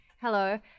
Hello